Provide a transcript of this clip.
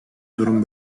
durum